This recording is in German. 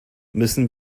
müssen